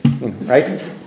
right